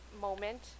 moment